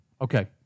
Okay